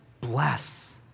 bless